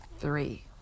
three